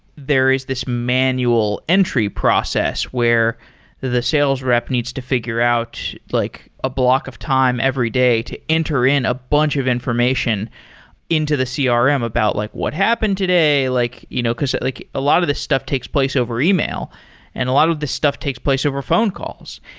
there is this manual entry process where the sales rep needs to figure out like a block of time every day to enter in a bunch of information into the crm um about like what happened today. like you know because like a lot of the stuff takes place over email and a lot of the stuff takes place over phone calls.